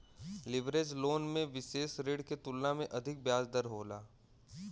leverage loan में विसेष ऋण के तुलना में अधिक ब्याज दर होला